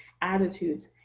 attitudes,